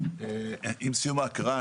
עם סיום ההקראה,